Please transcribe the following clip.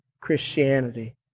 Christianity